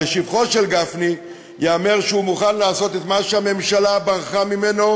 ולשבחו של גפני ייאמר שהוא מוכן לעשות את מה שהממשלה ברחה ממנו,